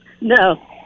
No